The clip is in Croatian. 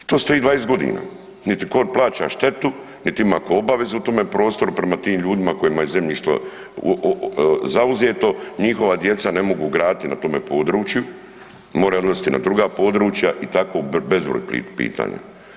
To stoji 20 godina niti tko plaća štetu niti ima tko obavezu u tome prostoru, prema tim ljudima kojima je zemljište zauzeto, njihova djeca ne mogu graditi na tome području, mora odlaziti na druga područja i tako bezbroj pitanja.